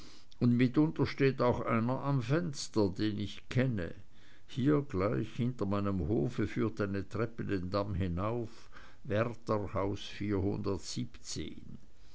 und mitunter steht auch einer am fenster den ich kenne hier gleich hinter meinem hofe führt eine treppe den damm hinauf wärterhaus